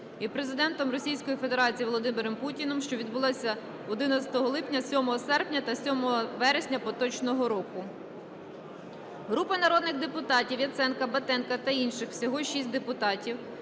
Федерації Володимиром Путіним, що відбулись 11 липня, 7 серпня та 7 вересня поточного року. Групи народних депутатів (Яценка, Батенка та інших – всього 6 депутатів)